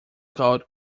called